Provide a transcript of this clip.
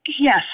Yes